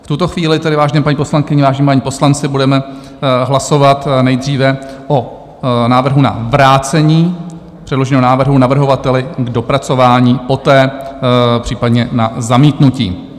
V tuto chvíli tedy, vážené paní poslankyně, vážení páni poslanci, budeme hlasovat nejdříve o návrhu na vrácení předloženého návrhu navrhovateli k dopracování, poté případně na zamítnutí.